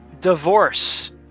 Divorce